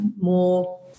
more